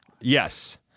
Yes